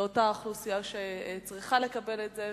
לאותה אוכלוסייה, שצריכה לקבל את זה.